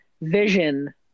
vision